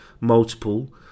multiple